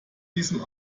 diesem